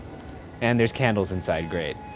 and there's candles inside, great.